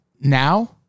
now